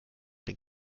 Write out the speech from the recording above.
den